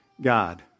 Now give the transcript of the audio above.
God